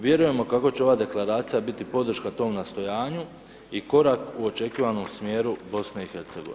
Vjerujemo kako će ova deklaracija biti podrška tom nastojanju i korak u očekivanom smjeru BiH.